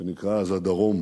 שנקרא אז "הדרום".